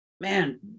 Man